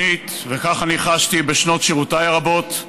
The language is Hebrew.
שנית, וכך אני חשתי בשנות שירותי הרבות,